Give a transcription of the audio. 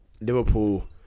Liverpool